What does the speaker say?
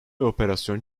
operasyon